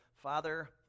Father